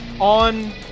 on